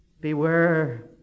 Beware